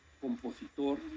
compositor